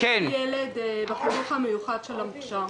יש לי ילד בחינוך המיוחד של המוכש"ר.